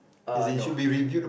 uh no